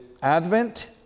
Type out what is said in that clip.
Advent